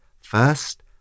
First